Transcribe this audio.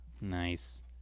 Nice